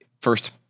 first